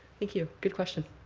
thank you. good question.